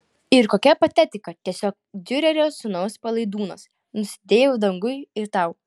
ir kokia patetika tiesiog diurerio sūnus palaidūnas nusidėjau dangui ir tau